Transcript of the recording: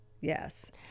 Yes